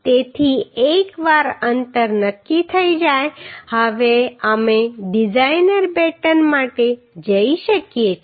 તેથી એકવાર અંતર નક્કી થઈ જાય હવે અમે ડિઝાઇનર બેટન માટે જઈ શકીએ છીએ